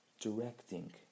Directing